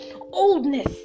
oldness